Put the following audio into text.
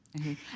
Okay